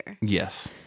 Yes